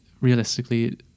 realistically